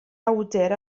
awdur